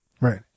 Right